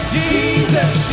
Jesus